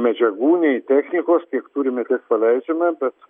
medžiagų nei technikos kiek turime tiek paleidžiame bet